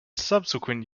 subsequent